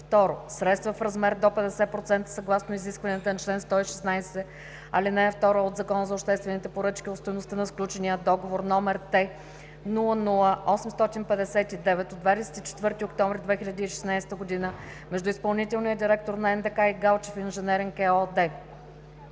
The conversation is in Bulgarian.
2. Средства в размер до 50% съгласно изискванията на чл. 116, ал. 2 от Закона за обществените поръчки от стойността на сключения договор № Т-00859 от 24 октомври 2016 г. между изпълнителния директор на НДК и „Галчев инженеринг“ ЕООД.